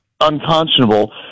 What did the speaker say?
unconscionable